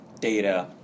data